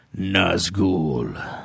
nazgul